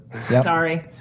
Sorry